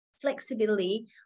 flexibility